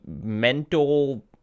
mental